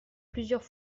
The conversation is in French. plusieurs